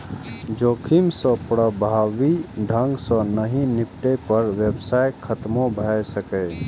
जोखिम सं प्रभावी ढंग सं नहि निपटै पर व्यवसाय खतमो भए सकैए